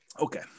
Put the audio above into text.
okay